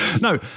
No